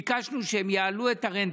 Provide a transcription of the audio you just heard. ביקשנו שהם יעלו את הרנטה,